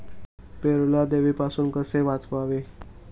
पेरूला देवीपासून कसे वाचवावे?